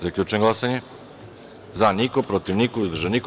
Zaključujem glasanje: za – jedan, protiv – niko, uzdržan – niko.